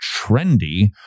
trendy